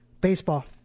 Baseball